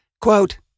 quote